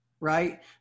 Right